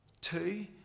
Two